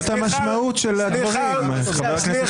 זאת המשמעות של הדברים, חבר הכנסת רוטמן.